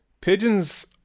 Pigeons